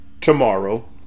tomorrow